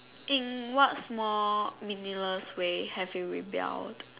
in what small meaningless way have you rebelled